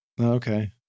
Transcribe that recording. Okay